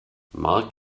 marc